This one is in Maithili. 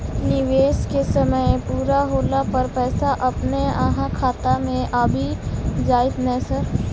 निवेश केँ समय पूरा होला पर पैसा अपने अहाँ खाता मे आबि जाइत नै सर?